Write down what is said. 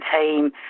team